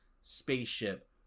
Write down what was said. spaceship